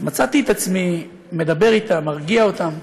אז מצאתי את עצמי מדבר אתם, מרגיע אותם.